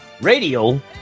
Radio